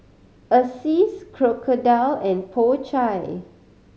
Asics Crocodile and Po Chai